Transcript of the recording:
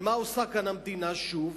ומה עושה כאן המדינה שוב?